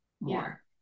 more